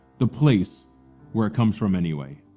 the place where it comes from anyway.